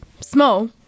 small